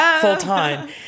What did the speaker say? full-time